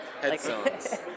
Headphones